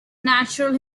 natural